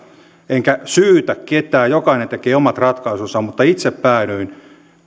enkä syytä ketään jokainen tekee omat ratkaisunsa mutta itse päädyin